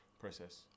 process